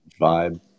vibe